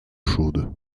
chaude